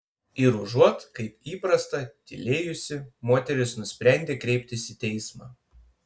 ir užuot kaip įprasta tylėjusi moteris nusprendė kreiptis į teismą